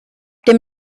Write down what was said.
dem